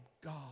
God